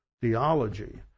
theology